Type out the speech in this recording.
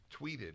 tweeted